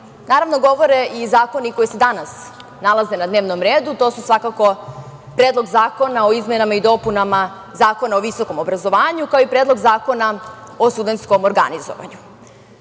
naravno govore i zakoni koji su i danas nalaze na dnevnom redu. To su svakako Predlog zakona o izmenama i dopunama Zakona o visokom obrazovanju, kao i Predlog Zakona o studentskom organizovanju. Kada